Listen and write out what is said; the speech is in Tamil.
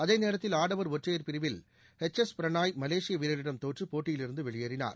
அதேநேரத்தில் ஆடவா் ஒற்றையா் பிரிவில் எச் எஸ் பிரணாய் மலேசிய வீரரிடம் தோற்று போட்டியிலிருந்து வெளியேறினார்